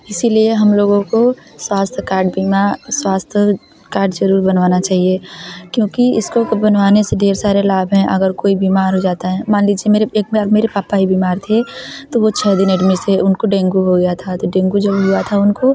इसलिए हम लोगों को स्वास्थ कार्ड बीमा स्वास्थ्य कार्ड ज़रूर बनवाना चाहिए क्योंकि इसको बनवाने से ढेर सारे लाभ हैं अगर कोई बीमार हो जाता है मान लीजिए मेरे एक बार मेरे पापा ही बीमार थे तो वह छ दिन एडमिट थे उनको डेंगू हो गया था तो डेंगू जब हुआ था उनको